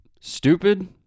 stupid